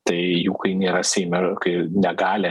tai jų kai nėra seime kai negali